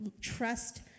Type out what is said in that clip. Trust